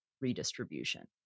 redistribution